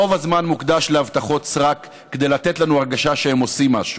רוב הזמן מוקדש להבטחות סרק כדי לתת לנו הרגשה שהם עושים משהו.